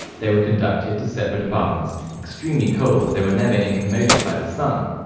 they were conducted to separate apartments, extremely cold, as they were never incommoded by the sun.